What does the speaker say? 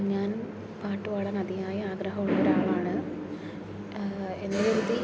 ഞാൻ പാട്ടു പാടാൻ അതിയായ ആഗ്രഹമുള്ള ഒരാളാണ് എന്നു കരുതി